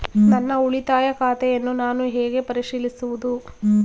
ನನ್ನ ಉಳಿತಾಯ ಖಾತೆಯನ್ನು ನಾನು ಹೇಗೆ ಪರಿಶೀಲಿಸುವುದು?